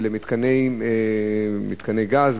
למתקני גז,